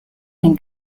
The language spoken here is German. den